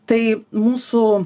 tai mūsų